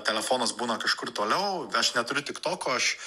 telefonas būna kažkur toliau aš neturiu tiktoko aš